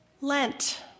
Lent